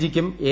G ക്കും A